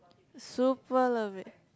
super love it